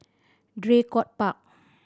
Draycott Park